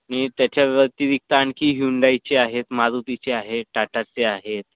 आणि त्याच्याव्यतिरिक्त आणखी ह्युंडाईचे आहेत मारुतीचे आहेत टाटाचे आहेत